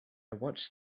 watched